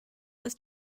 ist